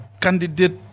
candidate